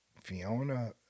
Fiona